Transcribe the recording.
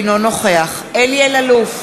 אינו נוכח אלי אלאלוף,